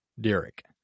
Derek